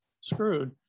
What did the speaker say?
screwed